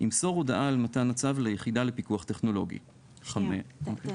ימסור הודעה על מתן הצו ליחידה לפיקוח טכנולוגי."; עצור.